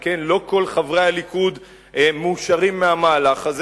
שכן לא כל חברי הליכוד מאושרים מהמהלך הזה.